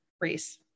Reese